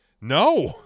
No